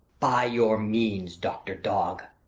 by your means, doctor dog!